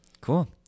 Cool